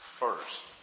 first